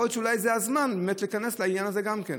יכול להיות שאולי זה הזמן באמת להיכנס לעניין הזה גם כן.